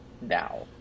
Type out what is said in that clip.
now